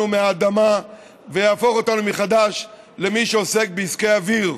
מהאדמה ויהפוך אותנו מחדש למי שעוסק בעסקי אוויר.